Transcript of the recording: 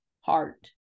heart